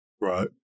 Right